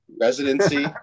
Residency